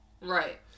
Right